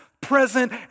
present